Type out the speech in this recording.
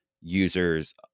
users